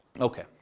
Okay